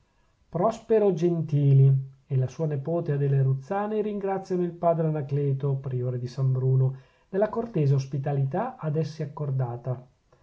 prospero gentili e la sua nepote adele ruzzani ringraziano il padre anacleto priore di san bruno della cortese ospitalità ad essi accordata